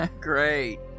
Great